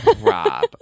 Rob